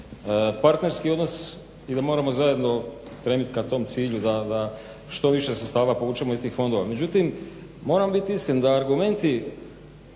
partnerski odnos i da moramo zajedno stremit ka tom cilju da što više sredstava povučemo iz tih fondova. Međutim, moram bit iskren da argumenti